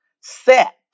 set